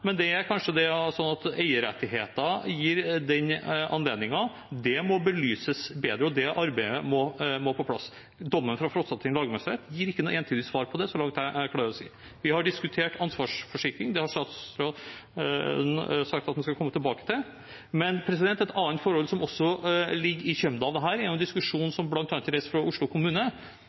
men det er kanskje sånn at eierrettigheter gir den anledningen. Det må belyses bedre, og det arbeidet må på plass. Dommen fra Frostating lagmannsrett gir ikke noe entydig svar på det, så langt jeg klarer å se. Vi har diskutert ansvarsforsikring. Det har statsråden sagt at han skal komme tilbake til. Et annet forhold som ligger i kjømda av dette, er en diskusjon som bl.a. er reist fra Oslo kommune: